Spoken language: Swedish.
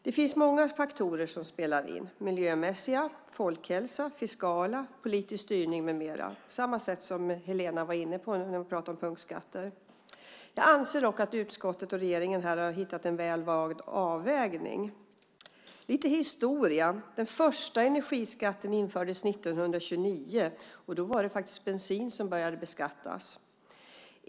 Det finns många faktorer som spelar in: miljömässiga och fiskala faktorer, folkhälsa, politisk styrning med mera, på samma sätt som Helena var inne på nu när hon pratade om punktskatter. Jag anser dock att utskottet och regeringen här har hittat en väl vald avvägning. Jag tänkte ta lite historia. Den första energiskatten infördes 1929, och då var det faktiskt bensin som började beskattas.